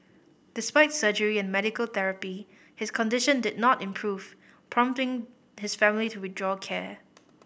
despite surgery and medical therapy his condition did not improve prompting his family to withdraw care